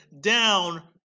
down